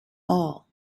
all